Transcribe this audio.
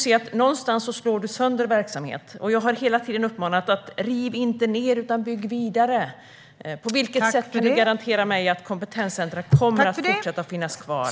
Jag har hela tiden uppmanat er: Riv inte ned utan bygg vidare! På vilket sätt kan du, Åsa Regnér, garantera att dessa kompetenscentrum kommer att finnas kvar?